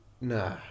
nah